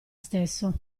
stesso